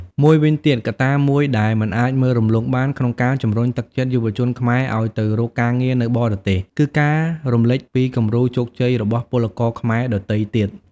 មួយវិញទៀត កត្តាមួយដែលមិនអាចមើលរំលងបាន ក្នុងការជំរុញទឹកចិត្តយុវជនខ្មែរឱ្យទៅរកការងារនៅបរទេស គឺការរំលេចពីគំរូជោគជ័យរបស់ពលករខ្មែរដទៃទៀត។